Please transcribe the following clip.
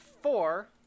four